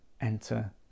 enter